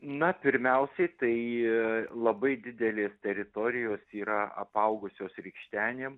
na pirmiausiai tai labai didelės teritorijos yra apaugusios rykštenėm